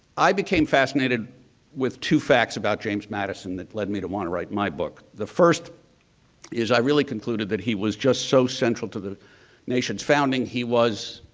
i became fascinated with two facts about james madison that led me to want to write my book. the first is i really concluded that he was just so central to the nation's founding. he was,